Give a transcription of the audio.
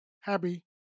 happy